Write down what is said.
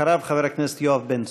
אחריו, חבר הכנסת יואב בן צור.